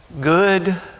Good